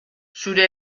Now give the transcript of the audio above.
zure